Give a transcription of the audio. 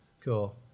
Cool